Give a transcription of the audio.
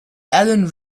alan